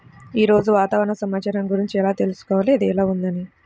ఈరోజు వాతావరణ సమాచారం గురించి ఎలా తెలుసుకోవాలి అది ఎలా ఉంది అని?